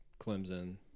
Clemson